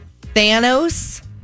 Thanos